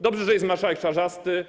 Dobrze, że jest marszałek Czarzasty.